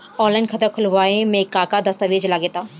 Online खाता खूलावे म का का दस्तावेज लगा ता?